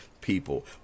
people